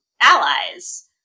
allies